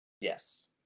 Yes